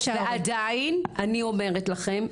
ועדיין אני אומרת לכם,